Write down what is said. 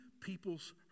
people's